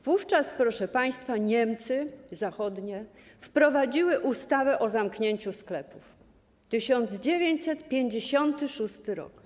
Wówczas, proszę państwa, Niemcy Zachodnie wprowadziły ustawę o zamknięciu sklepów - 1956 r.